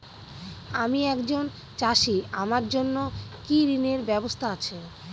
আমি একজন চাষী আমার জন্য কি ঋণের ব্যবস্থা আছে?